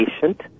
patient